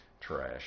trash